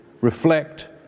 reflect